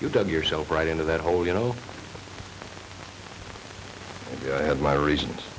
you've dug yourself right into that hole you know i had my reasons